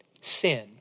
Sin